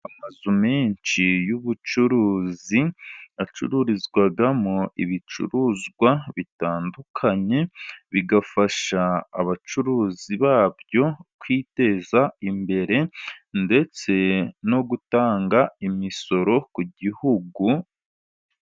Amazu menshi y'ubucuruzi , acururizwamo ibicuruzwa bitandukanye bigafasha abacuruzi babyo kwiteza imbere ndetse no gutanga imisoro ku gihugu.